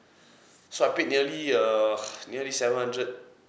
so I paid nearly err nearly seven hundred